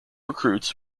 recruits